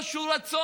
או שהוא רצון,